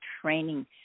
training